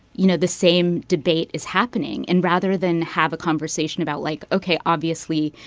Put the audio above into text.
you know, the same debate is happening. and rather than have a conversation about like, ok, obviously,